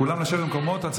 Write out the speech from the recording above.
כולם לשבת במקומות.